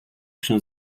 się